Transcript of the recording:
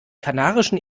kanarischen